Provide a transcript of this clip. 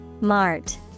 Mart